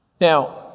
Now